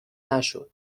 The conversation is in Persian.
نشد